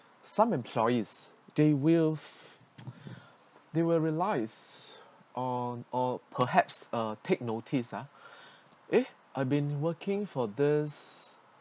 some employees they will they will relies on or perhaps uh take notice ah eh I've been working for this